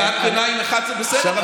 קריאת ביניים אחת זה בסדר,